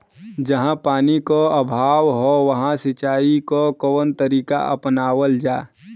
जहाँ पानी क अभाव ह वहां सिंचाई क कवन तरीका अपनावल जा?